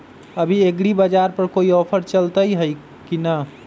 अभी एग्रीबाजार पर कोई ऑफर चलतई हई की न?